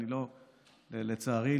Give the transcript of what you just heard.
לצערי,